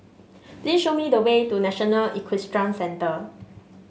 please show me the way to National Equestrian Centre